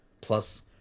plus